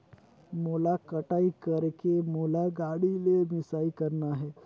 मोला कटाई करेके मोला गाड़ी ले मिसाई करना हे?